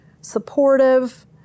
supportive